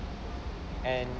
and